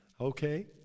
Okay